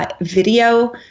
video